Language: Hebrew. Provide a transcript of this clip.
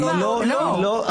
לא --- לא,